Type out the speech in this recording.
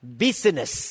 business